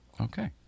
Okay